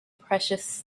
precious